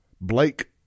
Blake